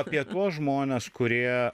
apie tuos žmones kurie